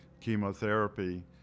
chemotherapy